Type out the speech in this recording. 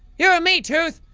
you and me, tooth.